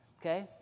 Okay